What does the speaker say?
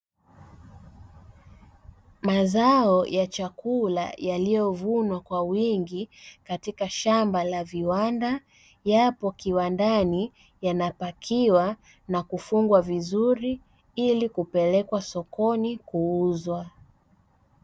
Mazao ya chakula yaliyovunwa kwa wingi katika shamba la viwanda, yapo kiwandani yanapakiwa na kufungwa vizuri ili kupelekwa sokoni kuuzwa.